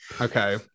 Okay